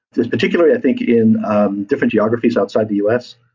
this particularly i think in different geographies outside the us,